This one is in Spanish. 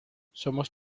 somos